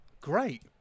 great